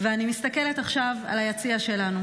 אני מסתכלת עכשיו על היציע שלנו,